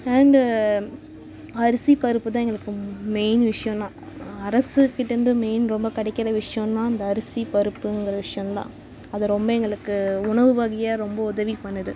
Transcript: and அரிசி பருப்பு தான் எங்களுக்கு மெயின் விஷயம்னா அரசு கிட்டேருந்து மெயின் ரொம்ப கிடைக்காத விஷயம்னா அந்த அரிசி பருப்புங்கிற விஷயம் தான் அது ரொம்ப எங்களுக்கு உணவு வகையாக ரொம்ப உதவி பண்ணுது